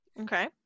Okay